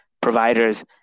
providers